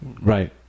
right